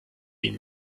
ihn